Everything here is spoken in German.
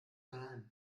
geheim